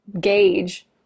gauge